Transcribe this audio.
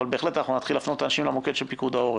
אבל בהחלט נתחיל להפנות אנשים למוקד של פיקוד העורף.